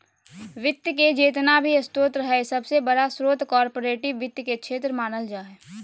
वित्त के जेतना भी स्रोत हय सबसे बडा स्रोत कार्पोरेट वित्त के क्षेत्र मानल जा हय